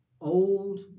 old